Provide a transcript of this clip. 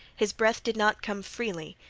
his breath did not come freely.